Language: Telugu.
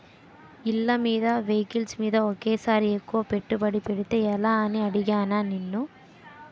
ఇళ్ళమీద, వెహికల్స్ మీద ఒకేసారి ఎక్కువ పెట్టుబడి పెడితే ఎలా అని అడిగానా నిన్ను